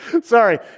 sorry